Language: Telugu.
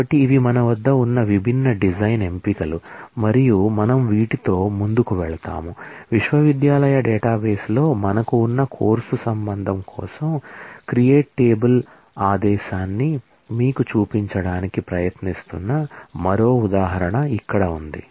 కాబట్టి ఇవి మన వద్ద ఉన్న విభిన్న డిజైన్ ఎంపికలు మరియు మనము వీటితో ముందుకు వెళ్తాము విశ్వవిద్యాలయ డేటాబేస్లో మనకు ఉన్న కోర్సు రిలేషన్ కోసం క్రియేట్ టేబుల్ ఆదేశాన్ని మీకు చూపించడానికి ప్రయత్నిస్తున్న మరో ఉదాహరణ ఇక్కడ ఉంది